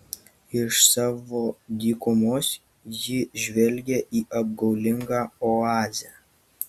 iš savo dykumos ji žvelgia į apgaulingą oazę